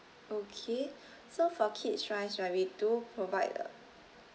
okay so for kids wise right we do provide a